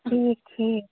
ٹھیٖک ٹھیٖک